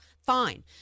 Fine